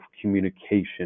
communication